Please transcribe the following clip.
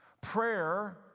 Prayer